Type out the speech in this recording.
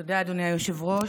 תודה, אדוני היושב-ראש.